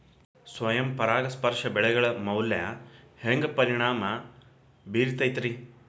ಸ್ವಯಂ ಪರಾಗಸ್ಪರ್ಶ ಬೆಳೆಗಳ ಮ್ಯಾಲ ಹ್ಯಾಂಗ ಪರಿಣಾಮ ಬಿರ್ತೈತ್ರಿ?